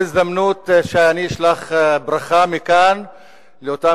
וזו הזדמנות שאני אשלח ברכה מכאן לאותם